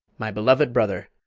my beloved brother,